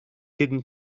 hidden